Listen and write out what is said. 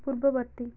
ପୂର୍ବବର୍ତ୍ତୀ